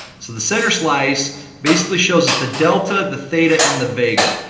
so the center slice basically shows the delta, the theta, and the vega.